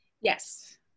Yes